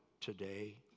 today